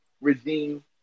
regime